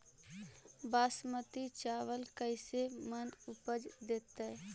बासमती चावल कैसे मन उपज देतै?